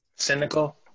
cynical